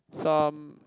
some